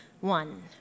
one